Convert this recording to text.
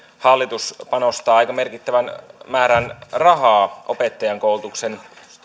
hallitus panostaa aika merkittävän määrän rahaa opettajankoulutuksen